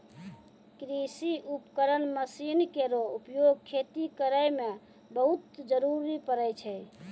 कृषि उपकरण मसीन केरो उपयोग खेती करै मे बहुत जरूरी परै छै